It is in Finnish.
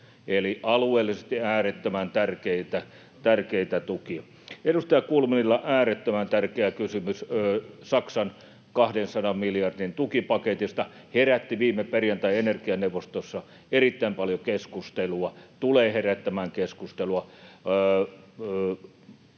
Eli alueellisesti äärettömän tärkeitä, tärkeitä tukia. Edustaja Kulmunilla äärettömän tärkeä kysymys Saksan 200 miljardin tukipaketista. Herätti viime perjantaina energianeuvostossa erittäin paljon keskustelua, tulee herättämään keskustelua.